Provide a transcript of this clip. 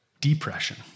depression